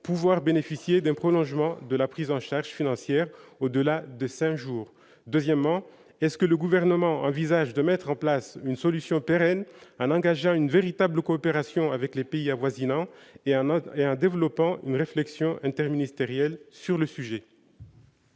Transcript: bénéficier d'un prolongement de la prise en charge financière au-delà des cinq jours. Ensuite, est-ce que le Gouvernement envisage de mettre en place une solution pérenne en engageant une véritable coopération avec les pays avoisinants et en développant une réflexion interministérielle sur ce sujet ?